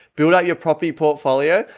build out your property portfolio,